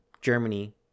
Germany